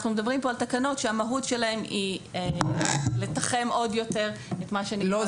אנחנו מדברים כאן על תקנות שהמהות שלהן היא לתחם עוד יותר את --- לא,